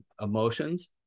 emotions